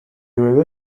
railway